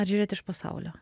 ar žiūrėti iš pasaulio